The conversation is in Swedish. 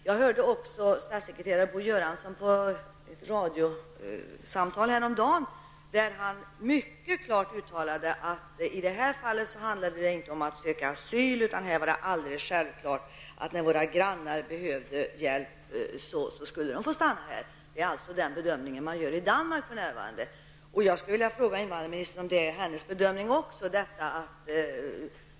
Jag har också hört statssekreterare Bo Göransson i ett samtal i radion häromdagen. Han uttalade då mycket klart att det i detta fall inte handlar om att söka asyl. Det är här självklart att när våra grannar söker hjälp skall de få stanna. Den bedömningen gör man för närvarande i Danmark. Är det också invandrarministerns bedömning?